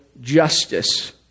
justice